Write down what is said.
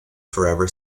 forever